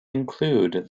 include